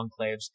enclaves